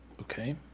Okay